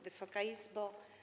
Wysoka Izbo!